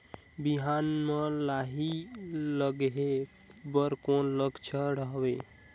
बिहान म लाही लगेक कर कौन लक्षण हवे?